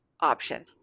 option